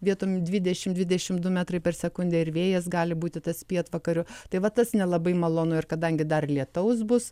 vietomis dvidešimt dvidešimt du metrai per sekundę ir vėjas gali būti tas pietvakarių tai va tas nelabai malonu ir kadangi dar lietaus bus